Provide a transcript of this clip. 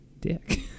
dick